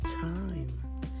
time